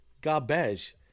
Garbage